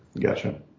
Gotcha